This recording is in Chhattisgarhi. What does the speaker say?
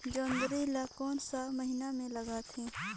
जोंदरी ला कोन सा महीन मां लगथे?